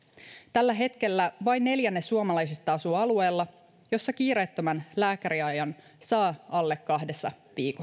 tällä hetkellä vain neljännes suomalaisista asuu alueella jossa kiireettömän lääkäriajan saa alle kahdessa viikossa